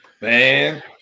Man